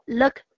，look